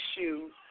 issues